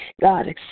God